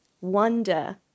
wonder